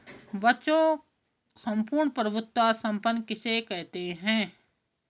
बच्चों सम्पूर्ण प्रभुत्व संपन्न किसे कहते हैं?